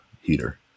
heater